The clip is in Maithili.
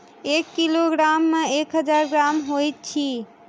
एक किलोग्राम मे एक हजार ग्राम होइत अछि